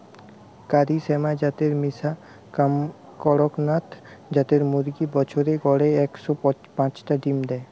কারি শ্যামা জাতের মিশা কড়কনাথ জাতের মুরগি বছরে গড়ে একশ পাচটা ডিম দেয়